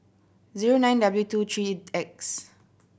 zero nine W two three X